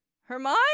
Hermione